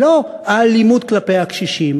אבל הבעיה של הקשישים היא לא האלימות כלפי הקשישים.